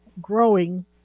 growing